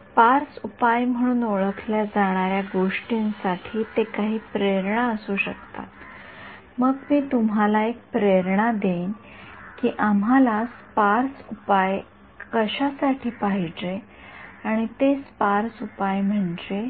sparse उपाय म्हणून ओळखल्या जाणार्या गोष्टींसाठी ते काही प्रेरणा असू शकतात मग मी तुम्हाला एक प्रेरणा देईन की आम्हाला स्पार्स उपाय कशासाठी पाहिजे आणि ते स्पार्स उपाय म्हणजे